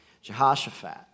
jehoshaphat